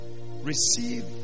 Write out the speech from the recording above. Receive